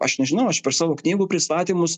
aš nežinau aš per savo knygų pristatymus